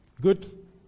Good